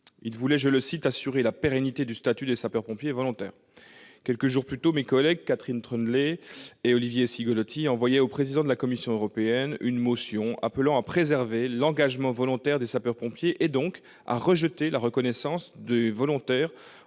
Il voulait « assurer la pérennité du statut de sapeur-pompier volontaire ». Quelques jours plus tôt, mes collègues Catherine Troendlé et Olivier Cigolotti adressaient au président de la Commission européenne une motion appelant à préserver l'engagement volontaire des sapeurs-pompiers et à rejeter par conséquent la reconnaissance des volontaires